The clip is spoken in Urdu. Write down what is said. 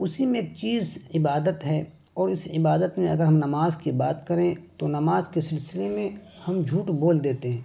اسی میں چیز عبادت ہے اور اس عبادت میں اگر ہم نماز کی بات کریں تو نماز کے سلسلے میں ہم جھوٹ بول دیتے ہیں